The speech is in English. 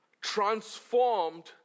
transformed